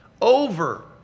over